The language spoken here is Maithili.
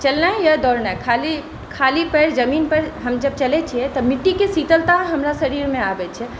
चलनाइ या दौड़नाइ खाली जमीं पर जब हम चलै छियै तऽ मिट्टीके शीतलता हमरा शरीरमे आबै छै